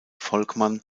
volkmann